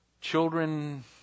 Children